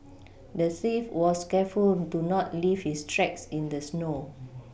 the thief was careful to not leave his tracks in the snow